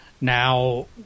Now